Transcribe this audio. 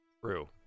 True